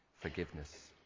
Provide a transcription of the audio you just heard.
forgiveness